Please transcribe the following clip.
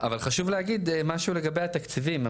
אבל חשוב להגיד משהו לגבי התקציבים.